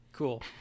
Cool